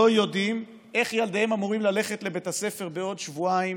יודעים איך ילדיהם אמורים ללכת לבית הספר בעוד שבועיים.